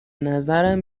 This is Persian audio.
نظرم